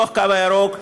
בתוך הקו הירוק,